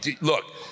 Look